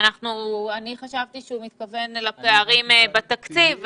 אני חשבתי שהוא מתכוון לפערים בתקציב,